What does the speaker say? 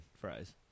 fries